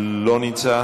אינו נוכח,